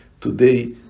today